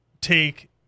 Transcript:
take